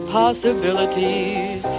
possibilities